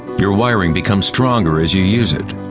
your wiring becomes stronger as you use it,